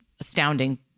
astounding